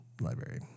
library